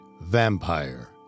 vampire